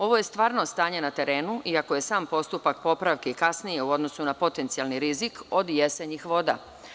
Ovo je stvarno stanje na terenu, iako je sam postupak popravke kasnio u odnosu na potencijalni rizik od jesenjih voda.